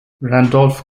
randolph